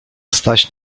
staś